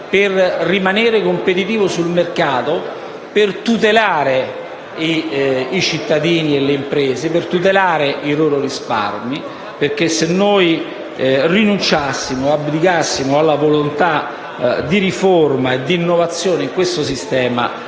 per rimanere competitivo sul mercato, per tutelare i cittadini, le imprese e i loro risparmi. Se noi rinunciassimo alla volontà di riforma e di innovazione del sistema,